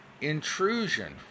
intrusion